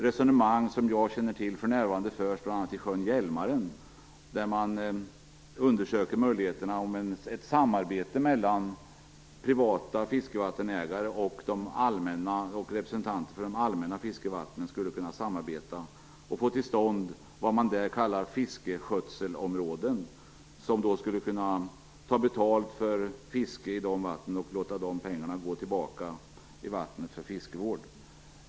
Resonemang om detta sker för närvarande kring sjön Hjälmaren, där man undersöker möjligheterna till ett samarbete mellan privata fiskevattenägare och representanter för de allmänna fiskevattnen, om dessa skulle kunna få till stånd vad man kallar fiskeskötselområden som skulle kunna ta betalt för fisket i de vattnen och låta pengarna komma vattnet till godo för fiskevård.